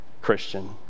Christian